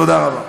תודה רבה.